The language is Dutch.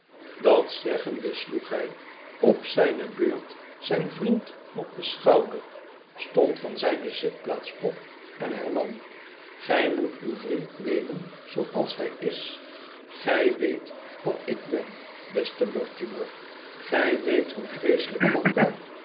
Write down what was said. dat zeggende sloeg hij op zijne beurt zijn vriend op den schouder stond van zijne zitplaats op en hernam gij moet uw vriend nemen zooalshijis gij weet wat ik ben beste mortimer gij weet hoe vreeselijk vatbaar